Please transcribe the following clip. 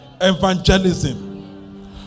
evangelism